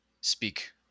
speak